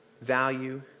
value